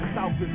South